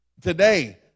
today